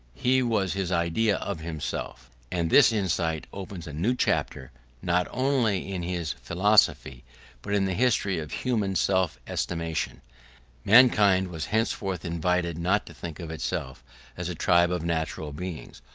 he was his idea of himself and this insight opens a new chapter not only in his philosophy but in the history of human self-estimation. mankind was henceforth invited not to think of itself as a tribe of natural beings,